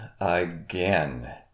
again